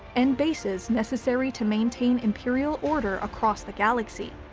and bases necessary to maintain imperial order across the galaxy.